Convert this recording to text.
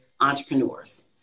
entrepreneurs